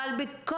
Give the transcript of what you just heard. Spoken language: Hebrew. אבל לצערי הרב,